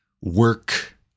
work